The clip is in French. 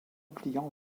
client